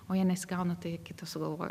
o jei nesigauna tai kitą sugalvoju